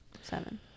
seven